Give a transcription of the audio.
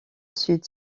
sud